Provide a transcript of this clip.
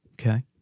Okay